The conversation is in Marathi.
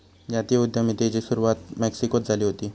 जाती उद्यमितेची सुरवात मेक्सिकोत झाली हुती